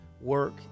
work